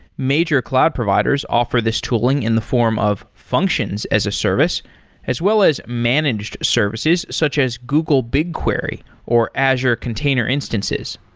major cloud providers offer this tooling in the form of functions as a service as well as managed services, such as google bigquery or azure container instances.